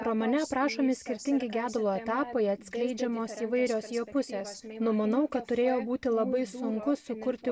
romane aprašomi skirtingi gedulo etapai atskleidžiamos įvairios jo pusės numanau kad turėjo būti labai sunku sukurti